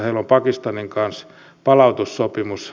heillä on pakistanin kanssa palautussopimus